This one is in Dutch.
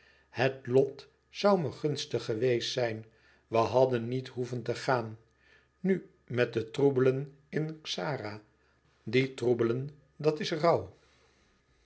het lot zoû me gunstig geweest zijn we hadden niet hoeven te gaan nu met de troebelen in xara die troebelen dat is rouw